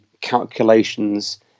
calculations